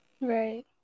Right